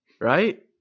right